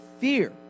fear